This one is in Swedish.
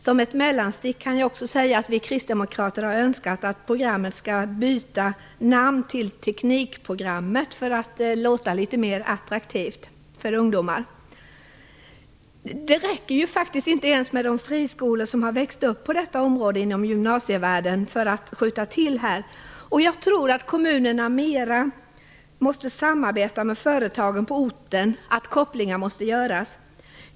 Som ett mellanstick kan jag säga att vi kristdemokrater har önskat att programmet skall byta namn till teknikprogrammet så att det låter litet mer attraktivt för ungdomar. Det räcker faktiskt inte med de friskolor som har växt upp på detta område inom gymnasievärlden. Jag tror att kommunerna måste samarbeta mer med företagen på orten och att kopplingar måste göras.